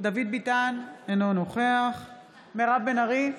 דוד ביטן, אינו נוכח מירב בן ארי,